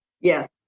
Yes